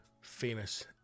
famous